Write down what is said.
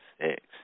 six